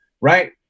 right